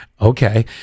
okay